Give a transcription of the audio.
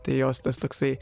tai jos tas toksai